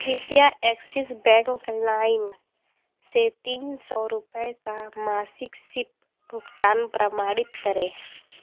कृपया Axis bank लाइम setting सौ रुपये का मासिक सिप भुगतान प्रमाणित करें